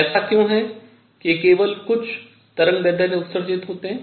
ऐसा क्यों है कि केवल कुछ तरंगदैर्ध्य उत्सर्जित होते हैं